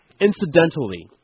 incidentally